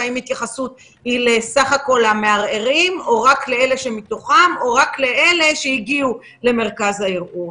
והאם התייחסות היא לסך כל המערערים או רק לאלה שהגיעו למרכז הערעור.